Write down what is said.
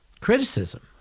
criticism